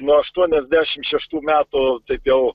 nuo aštuoniasdešim šeštų metų taip jau